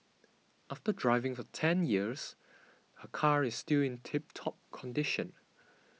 after driving for ten years her car is still in tip top condition